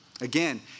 Again